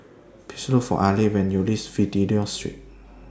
Please Look For Alek when YOU REACH Fidelio Street